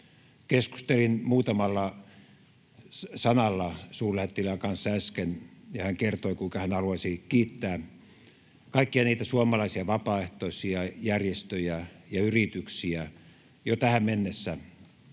Keskustelin muutamalla sanalla suurlähettilään kanssa äsken, ja hän kertoi, kuinka hän haluaisi kiittää kaikkia suomalaisia vapaaehtoisia, järjestöjä ja yrityksiä jo tähän mennessä